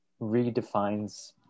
redefines